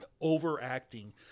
overacting